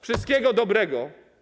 Wszystkiego dobrego.